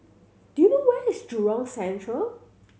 do you know where is Jurong Central